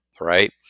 right